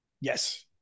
Yes